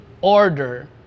order